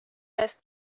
است